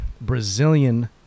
Brazilian